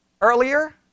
earlier